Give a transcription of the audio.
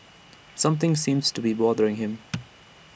something seems to be bothering him